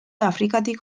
afrikatik